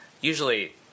usually